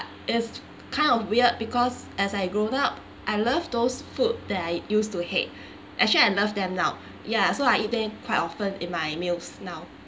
is kind of weird because as I grown up I love those food that I used to hate actually I love them now ya so I eat them quite often in my meals now